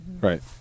Right